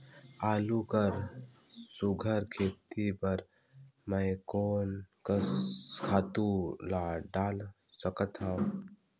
आलू कर सुघ्घर खेती बर मैं कोन कस खातु ला डाल सकत हाव?